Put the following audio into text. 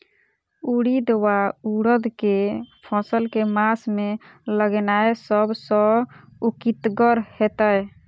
उड़ीद वा उड़द केँ फसल केँ मास मे लगेनाय सब सऽ उकीतगर हेतै?